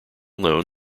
known